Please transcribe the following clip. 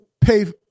pay